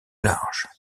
large